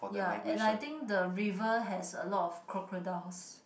ya and I think the river has a lot of crocodiles